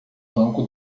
banco